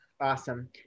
Awesome